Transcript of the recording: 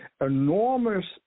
enormous